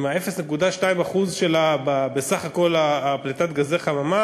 עם ה-0.2% שלה בסך כל פליטת גזי חממה,